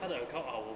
她的 account ah 我有